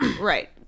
Right